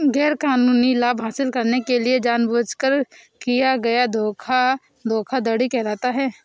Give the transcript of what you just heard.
गैरकानूनी लाभ हासिल करने के लिए जानबूझकर किया गया धोखा धोखाधड़ी कहलाता है